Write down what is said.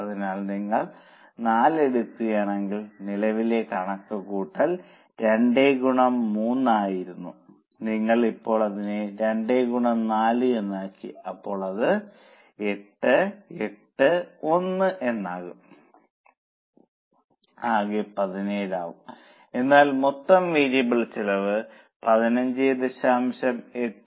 അതിനാൽ നിങ്ങൾ 4 എടുക്കുകയാണെങ്കിൽ നിലവിലെ കണക്കുകൂട്ടൽ 2 ഗുണനം 3 ആയിരുന്നു നിങ്ങൾ ഇപ്പോൾ അതിനെ 2 ഗുണo 4 എന്നാക്കി അപ്പോൾ ഇത് 881 എന്നാകും ആകെ 17 ആകും എന്നാൽ മൊത്തം വേരിയബിൾ ചെലവ് 15